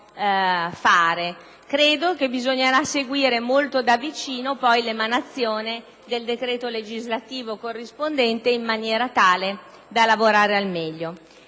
Credo che bisognerà seguire molto da vicino l'emanazione del decreto legislativo corrispondente, in maniera tale da lavorare al meglio.